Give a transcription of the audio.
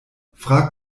frag